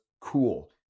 cool